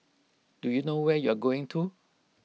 do you know where you're going to